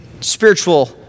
spiritual